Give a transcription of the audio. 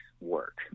work